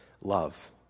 love